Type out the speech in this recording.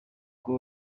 ngo